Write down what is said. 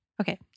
Okay